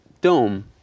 dome